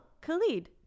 Khalid